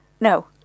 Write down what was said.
No